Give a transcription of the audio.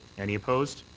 any opposed?